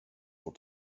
får